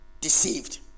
deceived